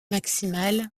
maximale